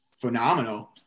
phenomenal